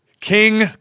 King